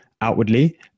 outwardly